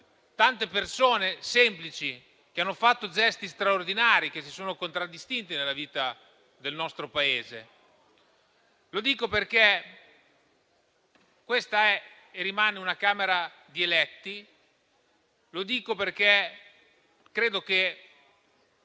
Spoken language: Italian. tante persone semplici, che hanno fatto gesti straordinari e si sono contraddistinte nella vita del nostro Paese. Lo dico perché questa è e rimane una Camera di eletti. Per comprendere la